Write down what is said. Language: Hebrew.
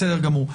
בסדר גמור.